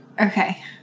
Okay